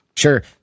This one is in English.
Sure